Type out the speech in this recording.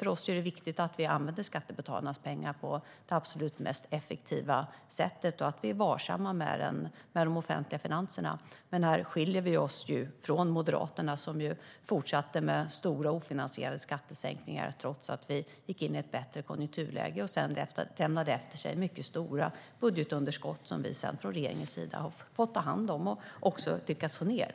För oss är det viktigt att vi använder skattebetalarnas pengar på det absolut mest effektiva sättet och att vi är varsamma med de offentliga finanserna. Men här skiljer vi oss från Moderaterna, som fortsatte med stora ofinansierade skattesänkningar trots att vi gick in i ett bättre konjunkturläge. Sedan lämnade man efter sig mycket stora budgetunderskott som vi från regeringens sida har fått ta hand om och också har lyckats få ned,